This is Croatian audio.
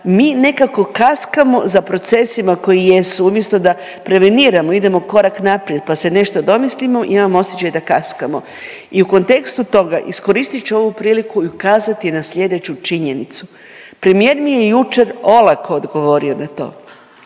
mi nekako kaskamo za procesima koji jesu, umjesto da preveniramo, idemo korak naprijed pa se nešto domislimo, imam osjećaj da kaskamo i u kontekstu toga, iskoristiti ću ovu priliku i ukazati na sljedeću činjenicu. Premijer mi je jučer olako odgovorio na to.